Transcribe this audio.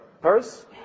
purse